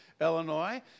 Illinois